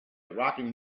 rocking